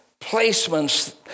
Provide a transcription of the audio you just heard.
placements